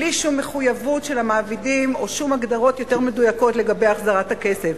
בלי שום מחויבות של המעבידים או הגדרות יותר מדויקות לגבי החזרת הכסף.